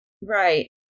Right